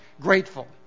grateful